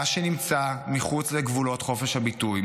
מה שנמצא מחוץ לגבולות חופש הביטוי,